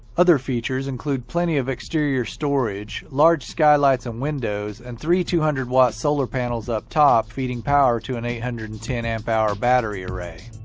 other features include plenty of exterior storage, large skylights and windows, and three two hundred watt solar panels up top feeding power to an eight hundred and ten amp hour battery array.